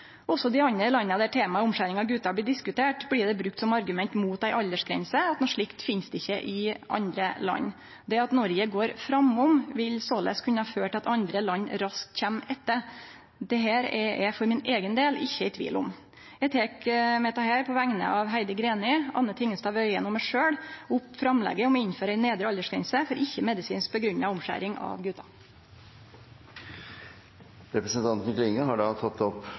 Også i dei andre landa der temaet omskjering av gutar blir diskutert, blir det brukt som argument mot ei aldersgrense at noko slikt finst ikkje i andre land. Det at Noreg går framom, vil såleis kunne føre til at andre land raskt kjem etter. Dette er eg for min eigen del ikkje i tvil om. Eg tek med dette, på vegne av Heidi Greni, Anne Tingelstad Wøien og meg sjølv, opp framlegget om å innføre ei nedre aldersgrense for ikkje medisinsk grunngjeven omskjering av gutar. Representanten Jenny Klinge har da tatt opp